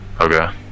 okay